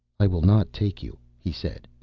i will not take you, he said.